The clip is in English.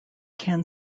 can